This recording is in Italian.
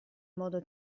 modo